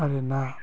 आरो ना